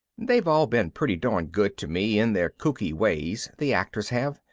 they've all been pretty darn good to me in their kooky ways, the actors have.